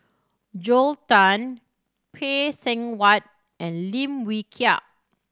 Joel Tan Phay Seng Whatt and Lim Wee Kiak